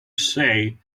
say